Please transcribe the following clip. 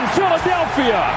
Philadelphia